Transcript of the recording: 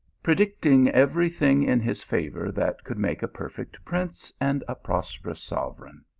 predicting every thing in his favour that could make a perfect prince and a prosperous sovereign.